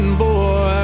boy